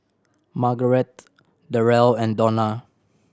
Margarete Derrell and Donna